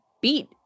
beat